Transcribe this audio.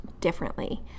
differently